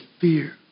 fear